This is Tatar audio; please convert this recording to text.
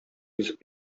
йөзеп